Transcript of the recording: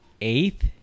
eighth